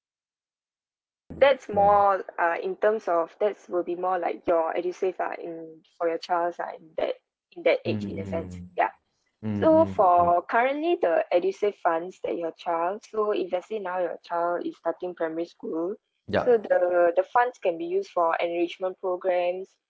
that's more uh in terms of that's will be more like your edusave ah in for your child's ah in that in that age in the sense ya so for currently the edusave funds that your child so if let's say now your child is starting primary school so the the funds can be used for enrichment programmes